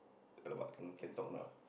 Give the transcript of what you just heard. alamak can can talk or not ah